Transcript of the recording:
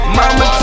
mama